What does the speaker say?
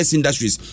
Industries